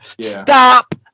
Stop